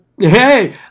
hey